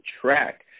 track